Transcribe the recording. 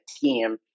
team